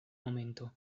momento